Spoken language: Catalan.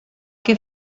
que